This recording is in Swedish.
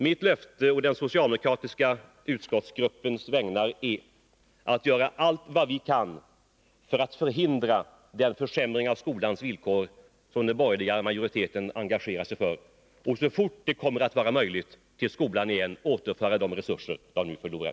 Mitt löfte å den socialdemokratiska utskottsgruppens vägnar är att vi skall göra allt vad vi kan för att förhindra den försämring av skolans villkor som den borgerliga majoriteten engagerar sig för och så fort det är möjligt återföra de resurser till skolan som den nu förlorar.